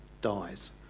dies